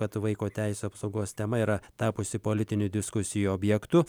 kad vaiko teisių apsaugos tema yra tapusi politinių diskusijų objektu